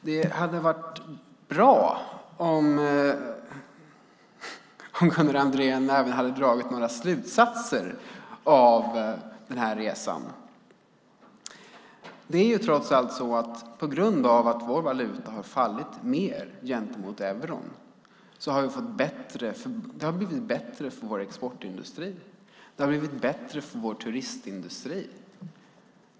Det hade varit bra om Gunnar Andrén även hade dragit några slutsatser av de resor han gjort. På grund av att vår valuta fallit mer i förhållande till euron har det blivit bättre för vår exportindustri. Det har även blivit bättre för vår turistindustri.